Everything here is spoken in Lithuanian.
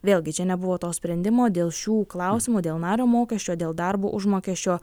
vėlgi čia nebuvo to sprendimo dėl šių klausimų dėl nario mokesčio dėl darbo užmokesčio